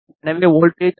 எனவே வோல்ட்டேஜ் 5